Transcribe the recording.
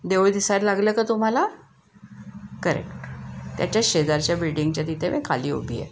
लागलं का तुम्हाला करेक्ट त्याच्या शेजारच्या बिल्डिंगच्या तिथे मी खाली उभी आहे